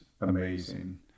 amazing